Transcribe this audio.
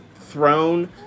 thrown